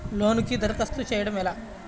లోనుకి దరఖాస్తు చేయడము ఎలా?